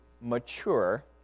mature